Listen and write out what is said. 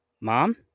Mom